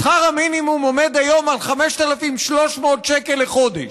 שכר המינימום עומד היום על 5,300 שקל לחודש.